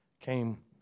Came